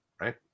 right